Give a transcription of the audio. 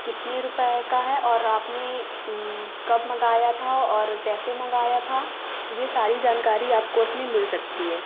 कितने रुपये का है और आपने कब मंगाया था और कैसे मंगाया था यह सारी जानकारी आपको उसमें मिल सकती है